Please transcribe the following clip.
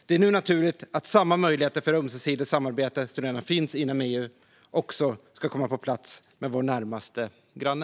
Det är nu naturligt att samma möjligheter för ömsesidigt samarbete som redan finns inom EU också ska komma på plats med vår närmaste granne.